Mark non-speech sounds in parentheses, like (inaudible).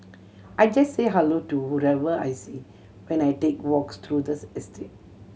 I just say hello to whoever I see when I take walks through the (unintelligible) estate